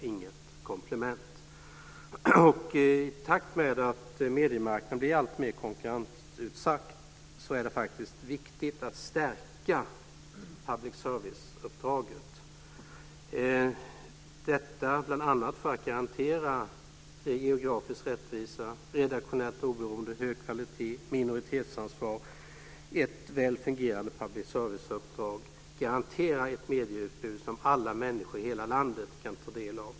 I takt med att mediemarknaden blir alltmer konkurrensutsatt är det viktigt att stärka public service-företaget, detta bl.a. för att garantera geografisk rättvisa, redaktionellt oberoende, hög kvalitet och minoritetsansvar. Ett väl fungerande public service-uppdrag garanterar ett medieutbud som alla människor i hela landet kan ta del av.